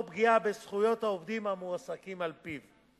פגיעה בזכויות העובדים המועסקים על-פיו.